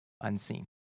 unseen